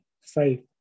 faith